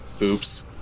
Oops